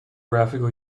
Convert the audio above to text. graphical